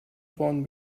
vorn